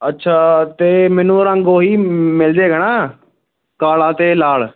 ਅੱਛਾ ਅਤੇ ਮੈਨੂੰ ਰੰਗ ਉਹੀ ਮਿਲ ਜਾਵੇਗਾ ਨਾ ਕਾਲਾ ਅਤੇ ਲਾਲ